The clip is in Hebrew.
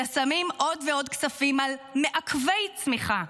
אלא שמים עוד ועוד כספים על מעכבי צמיחה.